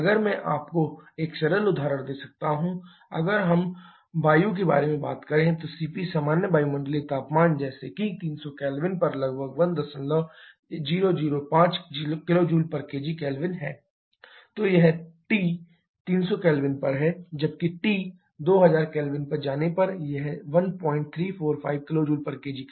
अगर मैं आपको एक सरल उदाहरण दे सकता हूं अगर हम वायु के बारे में बात करें तो CP सामान्य वायुमंडलीय तापमान जैसे कि 300 K पर लगभग 1005 kJkgK है तो यह T300 K पर है जबकि T2000 K पर जाने पर यह 1345 kJkgK हो जाता है